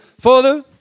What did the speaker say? father